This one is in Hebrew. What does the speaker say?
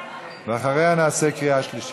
ואחריה נעשה קריאה שלישית.